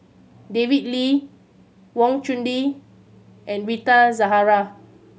David Lee Wang Chunde and Rita Zahara